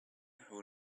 who